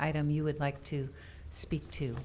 item you would like to speak to